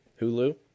Hulu